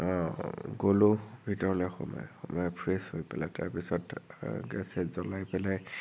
গ'লো ভিতৰলে সোমাই সোমাই ফ্ৰেছ হৈ পেলাই তাৰপিছত গেছ চেছ জ্বলাই পেলাই